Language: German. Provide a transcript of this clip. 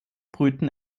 brüten